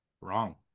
Wrong